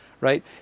right